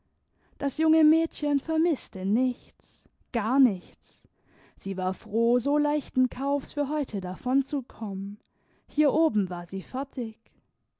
das junge mädchen vermißte nichts gar nichts sie war froh so leichten kaufs für heute davon zu kommen hier oben war sie fertig